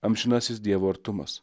amžinasis dievo artumas